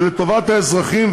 ולטובת האזרחים,